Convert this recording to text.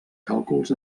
càlculs